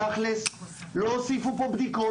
תאכלס לא הוסיפו פה כיתות,